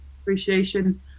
appreciation